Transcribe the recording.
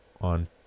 on